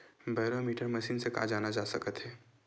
Barometer machine से का जाना जा सकत हे?